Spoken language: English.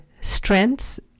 strengths